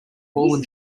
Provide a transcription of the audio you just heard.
fallen